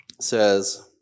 says